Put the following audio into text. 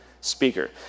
speaker